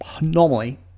normally